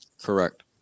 Correct